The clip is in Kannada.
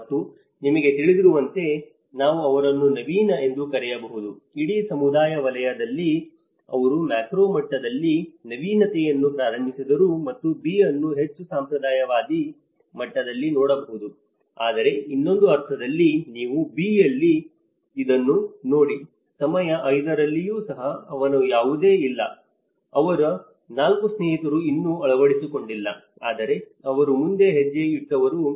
ಮತ್ತು ನಿಮಗೆ ತಿಳಿದಿರುವಂತೆ ನಾವು ಅವರನ್ನು ನವೀನ ಎಂದು ಕರೆಯಬಹುದು ಇಡೀ ಸಮುದಾಯ ವಲಯದಲ್ಲಿ ಅವರು ಮ್ಯಾಕ್ರೋ ಮಟ್ಟದಲ್ಲಿ ನವೀನತೆಯನ್ನು ಪ್ರಾರಂಭಿಸಿದರು ಮತ್ತು B ಅನ್ನು ಹೆಚ್ಚು ಸಂಪ್ರದಾಯವಾದಿ ಮಟ್ಟದಲ್ಲಿ ನೋಡಬಹುದು ಆದರೆ ಇನ್ನೊಂದು ಅರ್ಥದಲ್ಲಿ ನೀವು B ಯಲ್ಲಿ ಅದನ್ನು ನೋಡಿ ಸಮಯ 5 ರಲ್ಲಿಯೂ ಸಹ ಅವನ ಯಾವುದೂ ಇಲ್ಲ ಅವರ 4 ಸ್ನೇಹಿತರು ಇನ್ನೂ ಅಳವಡಿಸಿಕೊಂಡಿಲ್ಲ ಆದರೆ ಅವರು ಮುಂದೆ ಹೆಜ್ಜೆ ಇಟ್ಟವರು